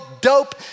dope